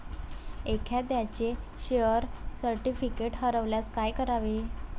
एखाद्याचे share certificate हरवल्यास काय करावे?